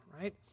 right